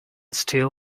steal